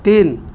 ତିନି